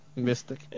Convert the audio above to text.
mystic